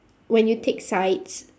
when you take sides